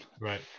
Right